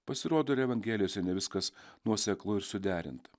pasirodo ir evangelijose ne viskas nuoseklu ir suderinta